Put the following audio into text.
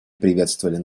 приветствовали